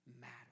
matter